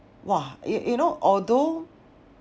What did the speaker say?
!wah! you you know although